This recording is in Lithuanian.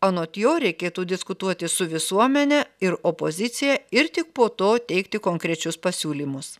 anot jo reikėtų diskutuoti su visuomene ir opozicija ir tik po to teikti konkrečius pasiūlymus